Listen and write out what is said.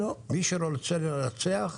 מי שרוצה לנצח,